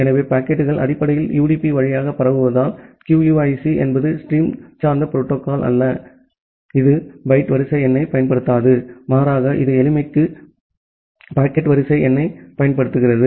எனவே பாக்கெட்டுகள் அடிப்படையில் யுடிபி வழியாக பரவுவதால் QUIC என்பது ஸ்ட்ரீம் சார்ந்த புரோட்டோகால் அல்ல இது பைட் வரிசை எண்ணைப் பயன்படுத்தாது மாறாக இது எளிமைக்கு பாக்கெட் வரிசை எண்ணைப் பயன்படுத்துகிறது